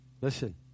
Listen